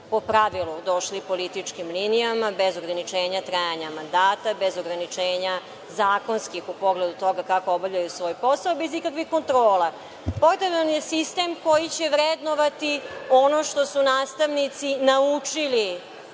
po pravilu, došli političkim linijama, bez ograničenja trajanja mandata, bez zakonskih ograničenja u pogledu toga kako obavljaju svoj posao, bez ikakvih kontrola. Potreban nam je sistem koji će vrednovati ono što su nastavnici naučili